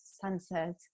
sunset